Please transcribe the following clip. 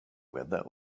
weather